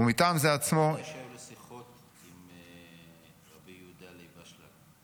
"ומטעם זה עצמו ---" הוא היה יושב לשיחות עם רבי יהודה לייב אשלג.